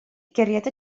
guriad